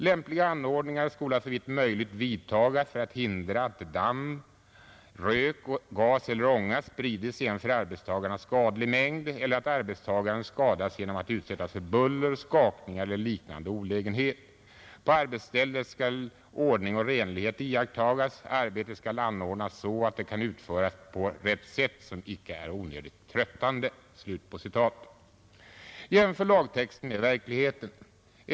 Lämpliga anordningar skola såvitt möjligt vidtagas för att hindra att damm, rök, gas eller ånga sprides i en för arbetstagarna skadlig mängd eller att arbetstagaren skadas genom att utsättas för buller, skakningar eller liknande olägenhet. På arbetsställe skall ordning och renlighet iakttagas. Arbete skall anordnas så att det kan utföras på rätt sätt som icke är onödigt tröttande.” Jämför lagtexten med verkligheten.